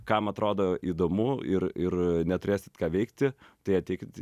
kam atrodo įdomu ir ir neturėsit ką veikti tai ateikit